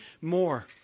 more